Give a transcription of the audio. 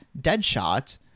Deadshot